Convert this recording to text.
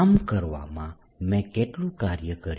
આમ કરવામાં મેં કેટલું કાર્ય કર્યું